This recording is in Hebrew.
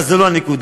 אבל זו לא הנקודה.